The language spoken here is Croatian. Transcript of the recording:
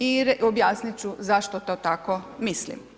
I objasnit ću zašto to tako mislim.